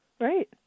right